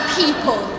people